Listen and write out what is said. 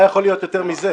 מה יכול להיות יותר מזה?